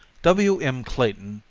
w. m. clayton,